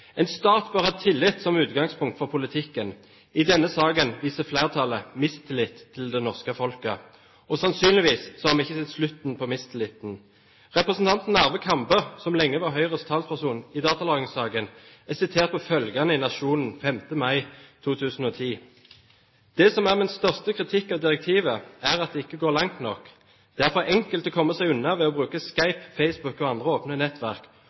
En stat bør ha tillit som utgangspunkt for politikken. I denne saken viser flertallet mistillit til det norske folk. Sannsynligvis har vi ikke sett slutten på mistilliten. Representanten Arve Kambe, som lenge var Høyres talsperson i datalagringssaken, er sitert som følger i Nationen 5. mai 2010: «Det som er min største kritikk av direktivet er at det ikke går langt nok. Det er for enkelt å komme seg unna ved å bruke Skype, Facebook og andre åpne nettverk,